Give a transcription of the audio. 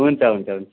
हुन्छ हुन्छ हुन्छ